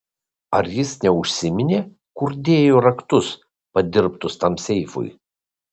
ar jis neužsiminė kur dėjo raktus padirbtus tam seifui